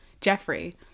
jeffrey